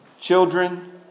Children